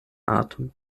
atem